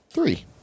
Three